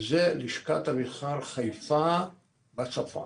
וזו לשכת המסחר חיפה בצפון,